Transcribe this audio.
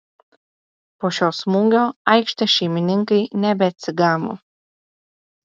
po šio smūgio aikštės šeimininkai nebeatsigavo